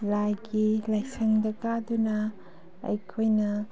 ꯂꯥꯏꯒꯤ ꯂꯥꯏꯁꯪꯗ ꯀꯥꯗꯨꯅ ꯑꯩꯈꯣꯏꯅ